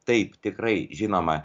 taip tikrai žinoma